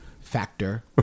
factor